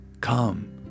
Come